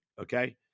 okay